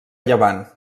llevant